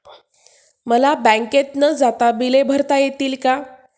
मला बँकेत न जाता बिले भरता येतील का?